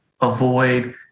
avoid